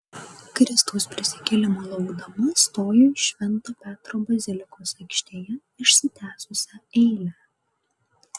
kristaus prisikėlimo laukdama stoju į švento petro bazilikos aikštėje išsitęsusią eilę